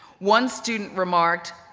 one student remarked,